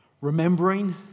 remembering